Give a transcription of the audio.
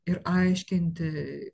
ir aiškinti